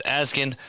asking